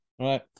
Right